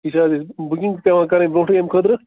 یہِ چھِ حظ بُکِنٛگ پیوان کَرٕنۍ برونٛٹھٕے اَمہِ خٲطرٕ